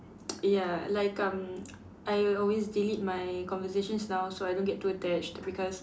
ya like um I'll always delete my conversations now so I don't get too attached because